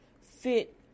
fit